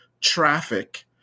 traffic